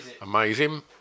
amazing